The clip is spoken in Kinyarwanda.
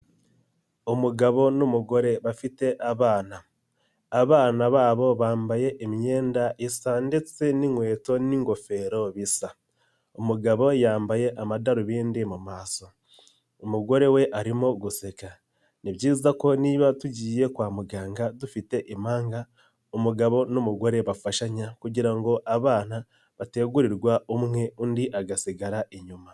Umugabo n'umugore bafite abana, abana babo bambaye imyenda isa ndetse n'inkweto n'ingofero bisa, umugabo yambaye amadarubindi mu maso, umugore we arimo guseka, ni byiza ko niba tugiye kwa muganga dufite impanga, umugabo n'umugore bafashanya kugira ngo abana bategurirwa umwe undi agasigara inyuma.